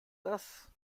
das